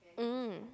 mm